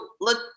look